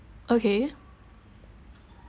okay